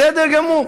בסדר גמור.